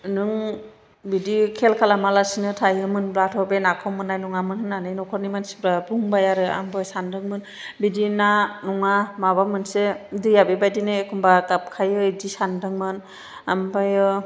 नों बिदि खेल खालामालासिनो थायोमोनब्लाथ' बे नाखौ मोननाय नङामोन होननानै न'खरनि मानसिफ्रा बुंबाय आरो आंबो सान्दोंमोन बिदि ना नङा माबा मोनसे दैया बेबायदिनो एखमब्ला गाबखायो बेदि सान्दोंमोन ओमफायो